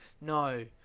no